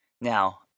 Now